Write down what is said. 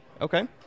Okay